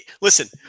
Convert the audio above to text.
listen